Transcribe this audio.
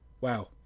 wow